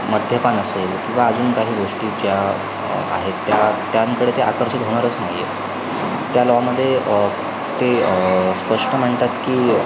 मद्यपान असेल किंवा अजून काही गोष्टी ज्या आहेत त्या त्यांकडे ते आकर्षित होणारच नाही आहेत त्या लॉमध्ये ते स्पष्ट म्हणतात की